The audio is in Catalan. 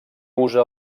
usa